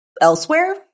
elsewhere